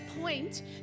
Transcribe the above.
point